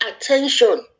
Attention